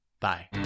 Bye